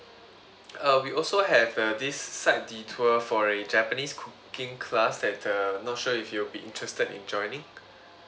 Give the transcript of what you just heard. uh we also have uh this side detour for a japanese cooking class at uh not sure if you'll be interested in joining